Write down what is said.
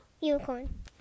Unicorn